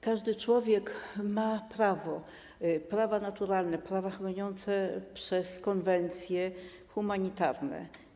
Każdy człowiek ma prawa - prawa naturalne, prawa chronione przez konwencje humanitarne.